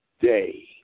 day